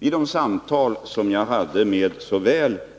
; I de samtal som jag hade med